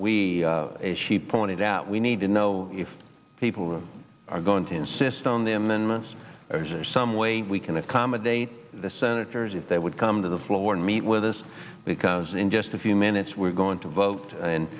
as she pointed out we need to know if people are going to insist on the amendments or some way we can accommodate the senators if they would come to the floor and meet with us because in just a few minutes we're going to vote